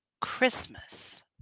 Christmas